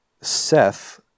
Seth